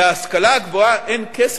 להשכלה הגבוהה אין כסף?